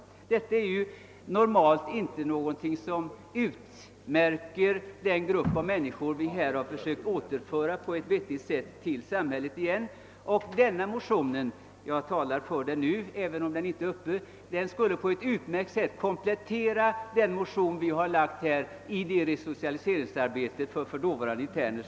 Detta är normalt inte någonting som utmärker den grupp av människor som de som har undertecknat motionen vill försöka återföra till samhället — jag talar nu för den motionen, även om den inte är uppe till behandling nu, därför att den på ett utmärkt sätt kompletterar den motion vi har lagt fram om resocialiseringsarbete för tidigare interner.